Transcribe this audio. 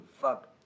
Fuck